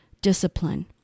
discipline